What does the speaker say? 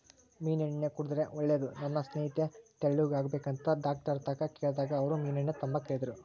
ಮೀನೆಣ್ಣೆ ಕುಡುದ್ರೆ ಒಳ್ಳೇದು, ನನ್ ಸ್ನೇಹಿತೆ ತೆಳ್ಳುಗಾಗ್ಬೇಕಂತ ಡಾಕ್ಟರ್ತಾಕ ಕೇಳ್ದಾಗ ಅವ್ರು ಮೀನೆಣ್ಣೆ ತಾಂಬಾಕ ಹೇಳಿದ್ರು